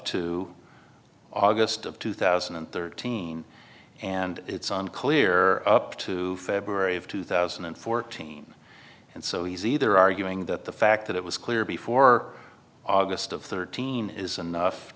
to august of two thousand and thirteen and it's on clear up to february of two thousand and fourteen and so he's either arguing that the fact that it was clear before august of thirteen is